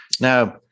Now